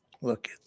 Look